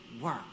work